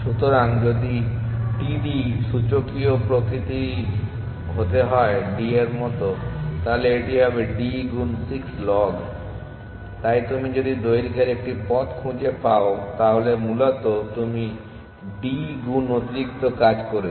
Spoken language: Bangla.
সুতরাং যদি td সূচকীয় প্রকৃতির হতে হয় d এর মতো তাহলে এটি হবে d গুণ 6 লগ তাই তুমি যদি দৈর্ঘ্যের একটি পথ খুঁজে পাও তাহলে মূলত তুমি d গুণ অতিরিক্ত কাজ করেছো